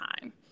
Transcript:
time